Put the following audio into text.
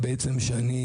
שלהם,